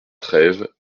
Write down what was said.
treyve